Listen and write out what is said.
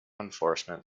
enforcement